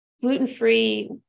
gluten-free